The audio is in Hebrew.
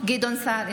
גדעון סער,